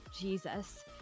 Jesus